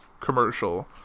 commercial